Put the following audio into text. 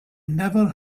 never